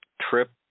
trip